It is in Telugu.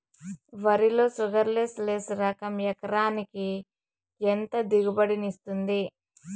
వరి లో షుగర్లెస్ లెస్ రకం ఎకరాకి ఎంత దిగుబడినిస్తుంది